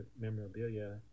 memorabilia